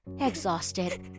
Exhausted